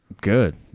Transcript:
Good